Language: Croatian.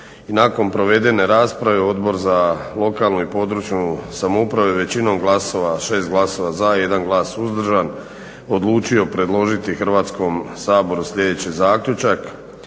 nakon provedene rasprave Odbor za lokalnu, područnu samoupravu je većinom glasova 6 glasova za, 1 suzdržan odlučio predložiti Hrvatskom saboru sljedeći zaključak: